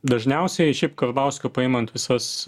dažniausiai šiaip karbauskio paimant visas